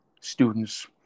students